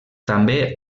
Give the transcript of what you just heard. també